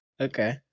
Okay